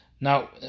Now